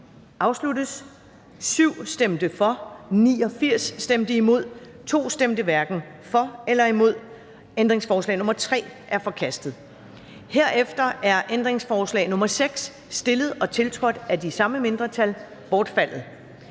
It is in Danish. stemte 2 (LA og Simon Emil Ammitzbøll-Bille (UFG)). Ændringsforslag nr. 3 er forkastet. Herefter er ændringsforslag nr. 6, stillet og tiltrådt af de samme mindretal, bortfaldet.